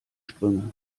sprünge